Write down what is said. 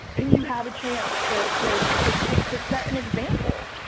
and you have a chance to to to change, to set an example.